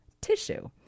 tissue